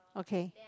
okay